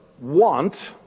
want